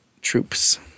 troops